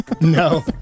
No